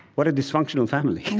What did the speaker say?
what a dysfunctional family.